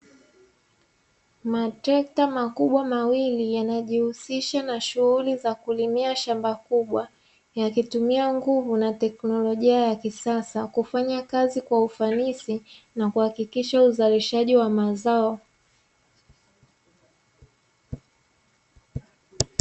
Matrekta makubwa mawili yanajihusisha na shughuli za kulimia shamba kubwa, yakitumia nguvu na teknolojia ya kisasa kufanya kazi kwa ufanisi, na kuhakikisha uzalishaji wa mazao.